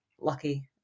lucky